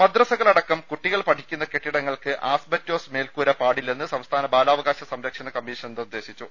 മദ്രസ്സകൾ ഉൾപ്പെടെ കുട്ടികൾ പഠിക്കുന്ന കെട്ടിടങ്ങൾക്ക് ആസ്ബസ്റ്റോസ് മേൽക്കൂര പാടില്ലെന്ന് സംസ്ഥാന ബാലാവകാശ സംരക്ഷണ കമീഷൻ നിർദേശിച്ചു